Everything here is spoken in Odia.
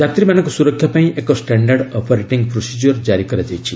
ଯାତ୍ରୀମାନଙ୍କ ସୁରକ୍ଷା ପାଇଁ ଏକ ଷ୍ଟାଣ୍ଡାର୍ଡ ଅପରେଟିଂ ପ୍ରୋସିଜିଓର ଜାରି କରାଯାଇଛି